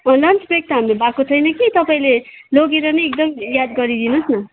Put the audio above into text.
lunch break त हाम्रो भएको छैन कि तपाईँले लगेर नि एकदम याद गरिदिनुहोस् न